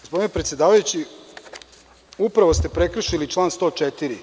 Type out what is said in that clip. Gospodine predsedavajući, upravo ste prekršili član 104.